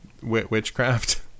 witchcraft